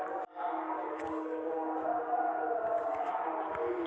geoduck ही Pacific geoduck, Panopea generosa ही विशेषत लागवड करण्याची प्रथा आहे